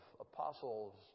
apostles